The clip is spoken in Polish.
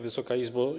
Wysoka Izbo!